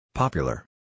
Popular